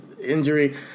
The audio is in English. Injury